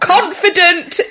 Confident